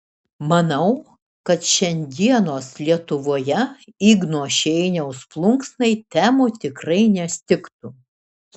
manau kad šiandienos lietuvoje igno šeiniaus plunksnai temų tikrai nestigtų